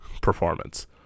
performance